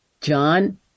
John